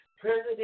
president